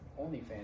OnlyFans